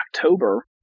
October